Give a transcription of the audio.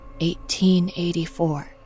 1884